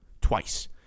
Twice